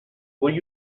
will